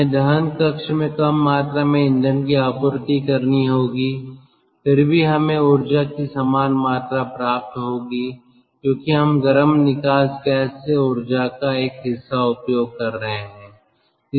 हमें दहन कक्ष में कम मात्रा में ईंधन की आपूर्ति करनी होगी फिर भी हमें ऊर्जा की समान मात्रा प्राप्त होगी क्योंकि हम गर्म निकास गैस से ऊर्जा का एक हिस्सा उपयोग कर रहे हैं